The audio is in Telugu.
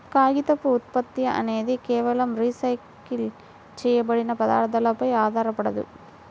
కాగితపు ఉత్పత్తి అనేది కేవలం రీసైకిల్ చేయబడిన పదార్థాలపై ఆధారపడదు